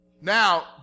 Now